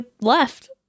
left